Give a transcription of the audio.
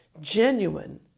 genuine